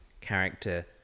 character